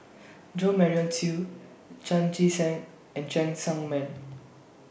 Jo Marion Seow Chan Chee Seng and Cheng Tsang Man